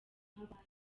nk’abandi